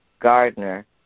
Gardner